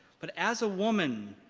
but, as a woman,